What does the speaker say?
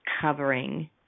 covering